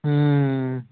ம்